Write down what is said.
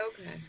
Okay